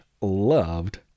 loved